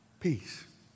Peace